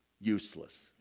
useless